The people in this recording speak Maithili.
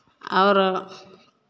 आओर